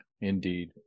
Indeed